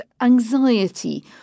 anxiety